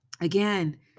again